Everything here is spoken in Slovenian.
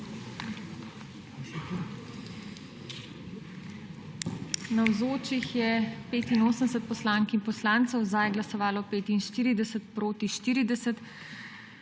Navzočih je 85 poslank in poslancev, za je glasovalo 85, proti